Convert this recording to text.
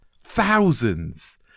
thousands